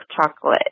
chocolate